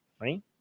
right